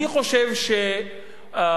אני חושב שאדם,